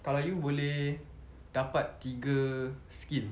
kalau you boleh dapat tiga skill